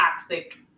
toxic